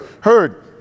heard